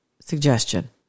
suggestion